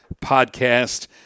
podcast